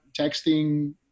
texting